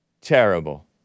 Terrible